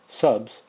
subs